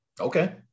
Okay